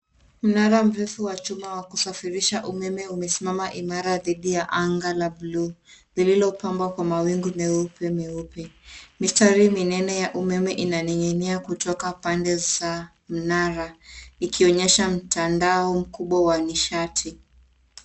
Mnara mrefu wa chuma wa kusafirisha umeme umesimama imara dhidi ya anga la buluu lililopambwa kwa mawingu meupemeupe. Mistari minene ya umeme inaning'inia kutoka pande za mnara ikionyesha mtandao mkubwa wa nishati.